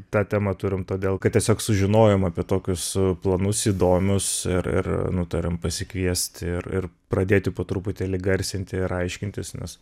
tą temą turim todėl kad tiesiog sužinojom apie tokius planus įdomius ir ir nutarėm pasikviesti ir ir pradėti po truputėlį garsinti ir aiškintis nes